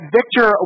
Victor